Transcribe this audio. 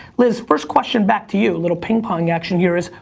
liz, first question back to you, a little ping pong action here is,